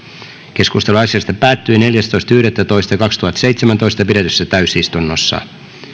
keskustelu asiasta päättyi neljästoista yhdettätoista kaksituhattaseitsemäntoista pidetyssä täysistunnossa